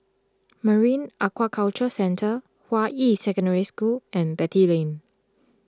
Marine Aquaculture Centre Hua Yi Secondary School and Beatty Lane